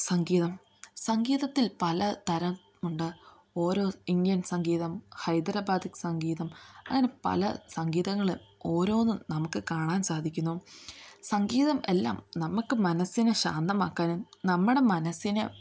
സംഗീതം സംഗീതത്തിൽ പല തരം ഉണ്ട് ഓരോ ഇന്ത്യൻ സംഗീതം ഹൈദരാബാദിക് സംഗീതം അങ്ങനെ പല സംഗീതങ്ങള് ഓരോന്നും നമുക്ക് കാണാൻ സാധിക്കുന്നു സംഗീതം എല്ലാം നമുക്ക് മനസ്സിനെ ശാന്തമാക്കാനും നമ്മുടെ മനസ്സിനെ